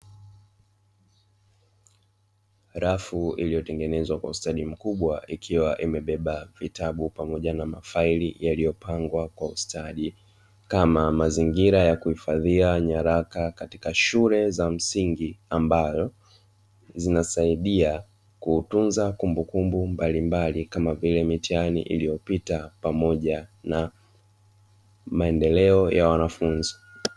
Rafu iliyotengenezwa kwa ustadi mkubwa ikiwa imebeba vitabu pamoja na mafaili yaliyopangwa kwa ustadi kama mazingira ya kuhifadhia nyaraka katika shule za msingi, ambayo zinasaidia kutunza kumbukumbu mbalimbali kama vile mitihani iliyopita pamoja na maendeleo ya wanafunzi.